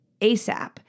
ASAP